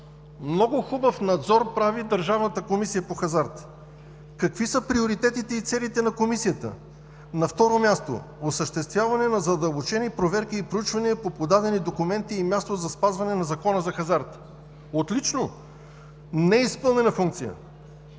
Много хубав надзор прави Държавната комисия по хазарта! Какви са приоритетите и целите на Комисията? На второ място, осъществяване на задълбочени проверки и проучвания по подадени документи и място за спазване на Закона за хазарта. Отлично! Неизпълнена функция!